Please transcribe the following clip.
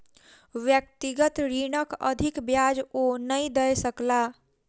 व्यक्तिगत ऋणक अधिक ब्याज ओ नै दय सकला